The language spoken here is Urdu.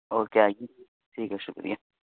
اوکے آئیے ٹھیک ہے شکریہ